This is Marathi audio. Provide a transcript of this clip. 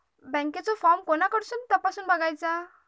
बँकेचो फार्म कोणाकडसून तपासूच बगायचा?